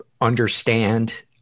understand